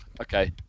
Okay